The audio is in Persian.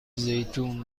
زیتون